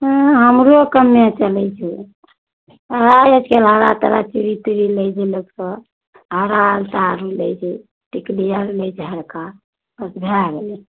हँ हमरो कमे चलै छै हरा तरा चूड़ी तूड़ी लै छै लोकसभ हरा अलता आओर लै छै टिकली आओर लै छै हरका बस भए गेलै